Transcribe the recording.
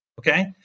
okay